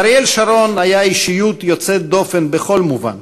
אריאל שרון היה אישיות יוצאת דופן בכל מובן.